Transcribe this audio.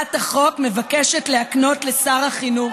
הצעת החוק מבקשת להקנות לשר החינוך,